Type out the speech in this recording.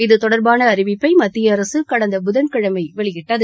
இது தொடர்பான அறிவிப்பை மத்திய அரசு கடந்த புதன்கிழமை வெளியிட்டது